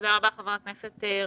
תודה רבה, חבר הכנסת רזבוזוב.